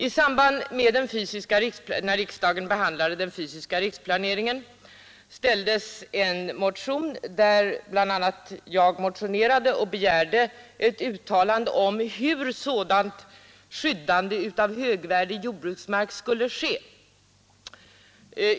I samband med att riksdagen behandlade den fysiska riksplaneringen väcktes också en motion, där bl.a. det begärdes ett uttalande om hur sådant skyddande av högvärdig jordbruksmark skall ske.